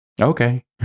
Okay